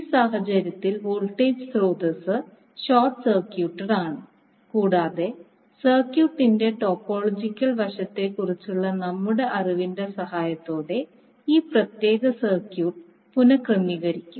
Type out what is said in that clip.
ഈ സാഹചര്യത്തിൽ വോൾട്ടേജ് സ്രോതസ്സ് ഷോർട്ട് സർക്യൂട്ട് ആണ് കൂടാതെ സർക്യൂട്ടിന്റെ ടോപ്പോളജിക്കൽ വശത്തെക്കുറിച്ചുള്ള നമ്മളുടെ അറിവിന്റെ സഹായത്തോടെ ഈ പ്രത്യേക സർക്യൂട്ട് പുന ക്രമീകരിക്കും